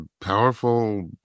powerful